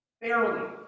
fairly